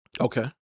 Okay